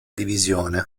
divisione